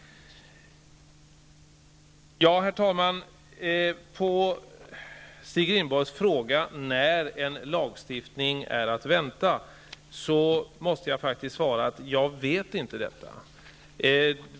Herr talman! På Stig Rindborgs fråga när en lagstiftning är att vänta, måste jag faktiskt svara att jag inte vet det.